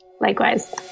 Likewise